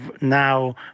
now